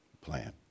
plan